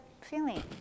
feeling